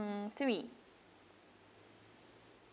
mm three